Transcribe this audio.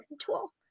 tool